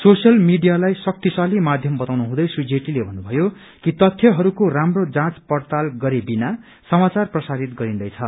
social मिडियालाई अक्तिशाली माध्यम बताउनु हुँदै श्री जेटलीले भन्नुभयो कि तथ्यहरूको राम्रो जाँच पड़ताल गरे बिना समाचार प्रसारित गरिन्दैछ